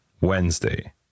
Wednesday